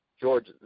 George